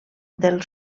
del